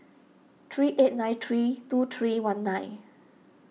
three eight nine three two three one nine